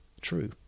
true